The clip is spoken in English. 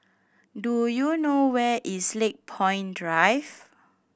do you know where is Lakepoint Drive